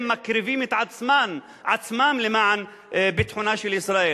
הם מקריבים את עצמם למען ביטחונה של ישראל.